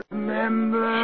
Remember